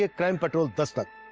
ah crime patrol dastak.